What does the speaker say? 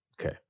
Okay